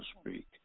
speak